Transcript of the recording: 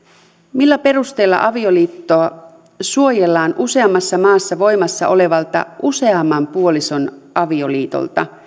millä perusteella avioliittoa suojellaan useammassa maassa voimassa olevalta useamman puolison avioliitolta